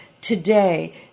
today